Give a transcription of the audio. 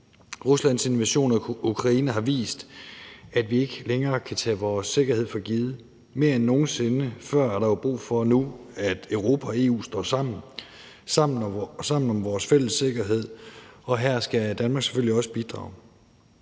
Ruslands invasion af Ukraine har vist, at vi ikke længere kan tage vores sikkerhed for givet. Mere end nogen sinde før er der jo brug for nu, at Europa og EU står sammen om vores fælles sikkerhed, og her skal Danmark selvfølgelig også bidrage.